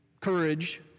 Courage